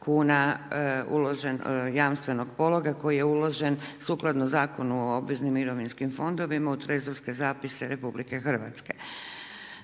kuna uložen jamstvenog pologa koji je uložen sukladno Zakonu o obveznim mirovinskim fondovima u trezorske zapise RH.